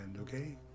okay